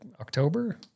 October